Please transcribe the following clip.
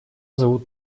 зовут